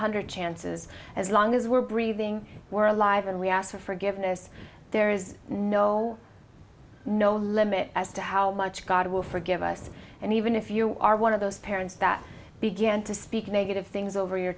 hundred chances as long as we're breathing we're alive and we ask for forgiveness there is no no limit as to how much god will forgive us and even if you are one of those parents that begin to speak negative things over your